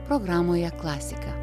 programoje klasika